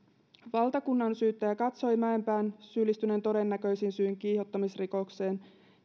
valtakunnansyyttäjä katsoi mäenpään syyllistyneen todennäköisin syin kiihottamisrikokseen